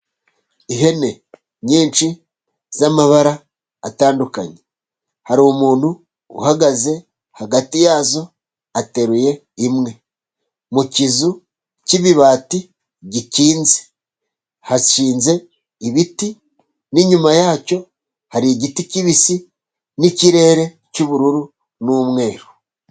Ihene nyinshi z'amabara atandukanye, hari umuntu uhagaze hagati yazo ateruye imwe, mu kizu cy'ibibati gikinze, hakinze ibiti n'inyuma yacyo hari igiti kibisi n'ikirere cy'ubururu, n'umweru.